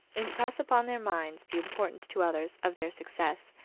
impress upon their minds the importance to others of their success,